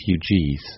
refugees